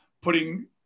putting